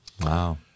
Wow